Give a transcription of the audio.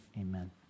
amen